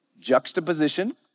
juxtaposition